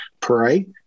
pray